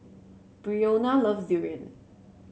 Brionna loves durian